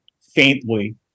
faintly